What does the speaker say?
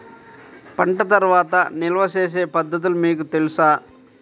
పంట తర్వాత నిల్వ చేసే పద్ధతులు మీకు తెలుసా?